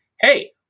hey